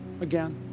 again